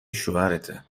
شوهرته